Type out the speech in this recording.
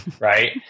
right